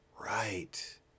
Right